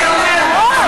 מה?